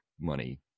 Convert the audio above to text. money